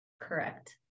Correct